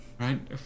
Right